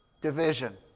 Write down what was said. division